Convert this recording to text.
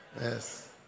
Yes